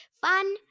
Fun